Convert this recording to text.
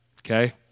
okay